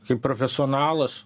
kaip profesionalas